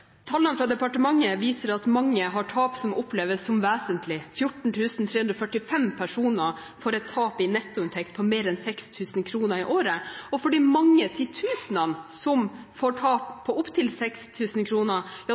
Tallene fra departementet viser at mange har tap som oppleves som vesentlige. 14 345 personer får et tap i nettoinntekt på mer enn 6 000 kr i året, og for de mange titusener som får tap på